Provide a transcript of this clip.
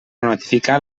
notificar